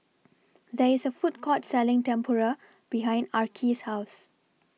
There IS A Food Court Selling Tempura behind Arkie's House